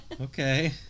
Okay